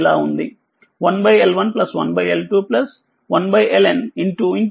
ఇదిఇలా ఉంది1L11L2 1LNt0tv dt i1 i2 iN